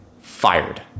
fired